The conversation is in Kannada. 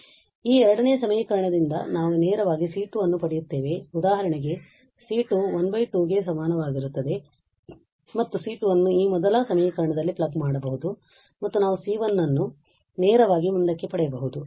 ಆದ್ದರಿಂದ ಈ ಎರಡನೇ ಸಮೀಕರಣದಿಂದ ನಾವು ನೇರವಾಗಿ C2 ಅನ್ನು ಪಡೆಯುತ್ತೇವೆ ಉದಾಹರಣೆಗೆ C2 12 ಗೆ ಸಮನಾಗಿರುತ್ತದೆ ಮತ್ತು C2 ಅನ್ನು ಈ ಮೊದಲ ಸಮೀಕರಣದಲ್ಲಿ ಪ್ಲಗ್ ಮಾಡಬಹುದು ಮತ್ತು ನಾವು C1 ಅನ್ನು ನೇರವಾಗಿ ಮುಂದಕ್ಕೆ ಪಡೆಯಬಹುದು